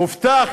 הובטח,